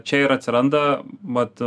čia ir atsiranda vat